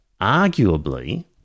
arguably